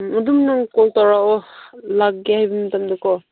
ꯎꯝ ꯑꯗꯨꯝ ꯅꯪ ꯀꯣꯜ ꯇꯧꯔꯛꯑꯣ ꯂꯥꯛꯀꯦ ꯍꯥꯏꯕ ꯃꯇꯝꯗꯀꯣ